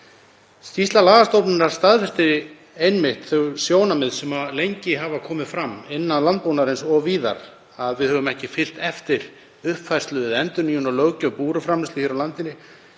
Skýrsla lagastofnunar staðfesti einmitt þau sjónarmið sem lengi hafa komið fram innan landbúnaðarins og víðar að við höfum ekki fylgt eftir uppfærslu eða endurnýjun á löggjöf búvöruframleiðslu hér í landinu,